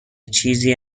چیزی